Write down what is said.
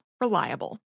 Reliable